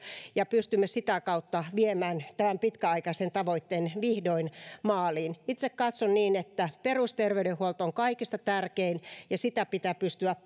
ja pystymme sitä kautta viemään tämän pitkäaikaisen tavoitteen vihdoin maaliin itse katson niin että perusterveydenhuolto on kaikista tärkein ja sitä pitää pystyä